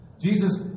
Jesus